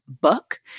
book